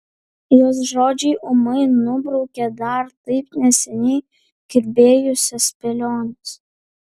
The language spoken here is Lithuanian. jos žodžiai ūmai nubraukia dar taip neseniai kirbėjusias spėliones